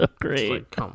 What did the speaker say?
great